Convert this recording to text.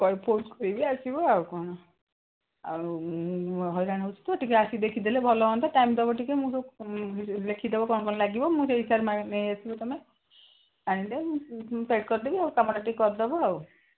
କରିବି ଆସିବ ଆଉ କ'ଣ ଆଉ ହଇରାଣ ହେଉଛି ତ ଟିକେ ଆସିିକି ଦେଖିଦେଲେ ଭଲ ହଅନ୍ତା ଟାଇମ୍ ଦବ ଟିକେ ମୁଁ ସବୁ ଲେଖିଦବ କ'ଣ କ'ଣ ଲାଗିବ ମୁଁ ସେଇ ହିସାବରେ ନେଇ ଆସିବ ତୁମେ ଆଣିଲେ ମୁ ପ୍ୟାକ୍ କରିଦବି ଆଉ କାମଟା ଟିକେ କରିଦବ ଆଉ